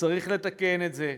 וצריך לתקן את זה.